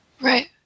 Right